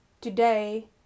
today